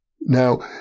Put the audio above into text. Now